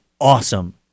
awesome